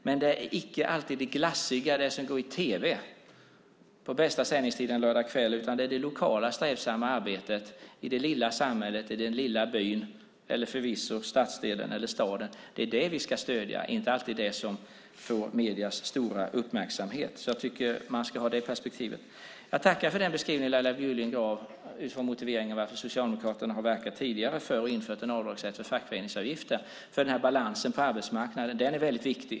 Men det är icke alltid det glassiga som går i tv på bästa sändningstid en lördagskväll, utan det är det lokala strävsamma arbetet i det lilla samhället, i den lilla byn, i stadsdelen eller staden som vi ska stödja. Det är inte alltid det som får mediernas stora uppmärksamhet. Jag tycker att man ska ha det perspektivet. Jag tackar för den beskrivning Laila Bjurling gav utifrån Socialdemokraternas motiv för att tidigare verka för och införa en avdragsrätt för fackföreningsavgifter. Balansen på arbetsmarknaden är väldigt viktig.